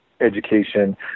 education